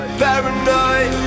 paranoid